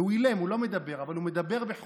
והוא אילם, הוא לא מדבר, אבל הוא מדבר בחוזקה.